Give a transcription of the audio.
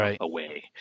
away